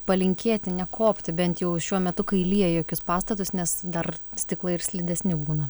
palinkėti nekopti bent jau šiuo metu kai lyja į jokius pastatus nes dar stiklai ir slidesni būna